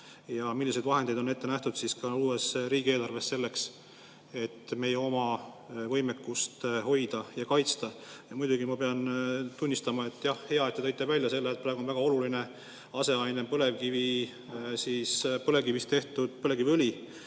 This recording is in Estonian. Ja millised vahendid on ette nähtud uues riigieelarves selleks, et meie oma võimekust hoida ja kaitsta? Ja muidugi ma pean tunnistama, et on hea, et te tõite välja selle, et praegu on väga oluline aseaine põlevkivist tehtud põlevkiviõli.